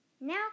Now